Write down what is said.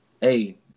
Hey